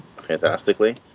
fantastically